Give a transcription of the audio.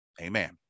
Amen